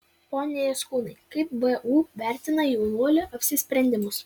pone jaskūnai kaip vu vertina jaunuolių apsisprendimus